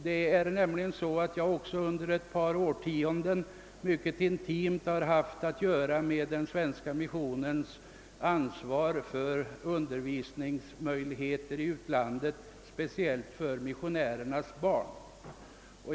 Jag har nämligen också under ett par årtionden haft ett intimt samarbete med den svenska missionen då det gäller dess undervisning i utlandet, speciellt för missionärernas barn.